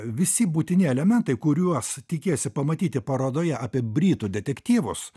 visi būtini elementai kuriuos tikiesi pamatyti parodoje apie britų detektyvus